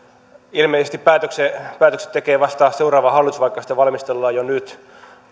ilmeisesti päätökset tekee vasta seuraava hallitus vaikka niitä valmistellaan jo nyt